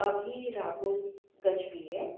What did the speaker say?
Abhi Rahul Gajbiye